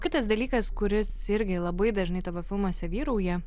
kitas dalykas kuris irgi labai dažnai tavo filmuose vyrauja